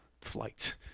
flight